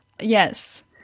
Yes